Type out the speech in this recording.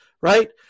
Right